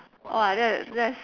!wah! that that's